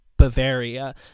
Bavaria